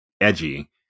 edgy